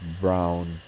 brown